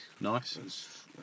Nice